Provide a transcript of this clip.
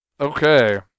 Okay